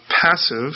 passive